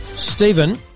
Stephen